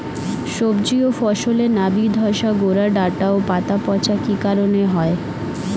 সবজি ও ফসলে নাবি ধসা গোরা ডাঁটা ও পাতা পচা কি কারণে হয়?